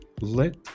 let